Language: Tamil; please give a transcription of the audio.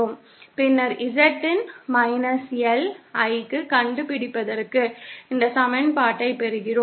பின்னர் Z இன் L ஐக் கண்டுபிடிப்பதற்கு இந்த சமன்பாட்டைப் பெறுகிறோம்